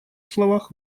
словах